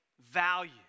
value